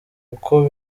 uko